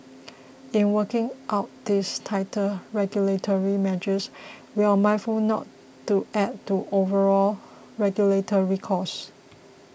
in working out these tighter regulatory measures we're mindful not to add to overall regulatory costs